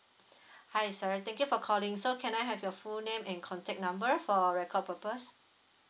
hi sir thank you for calling so can I have your full name and contact number for record purpose